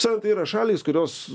tsan tai yra šalys kurios